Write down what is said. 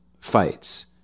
fights